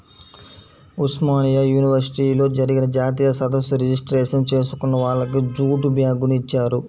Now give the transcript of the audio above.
ఉస్మానియా యూనివర్సిటీలో జరిగిన జాతీయ సదస్సు రిజిస్ట్రేషన్ చేసుకున్న వాళ్లకి జూటు బ్యాగుని ఇచ్చారు